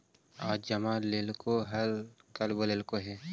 आज जमा लेलको कल बोलैलको हे?